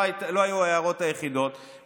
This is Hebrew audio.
ואלו לא היו ההערות היחידות,